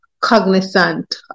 cognizant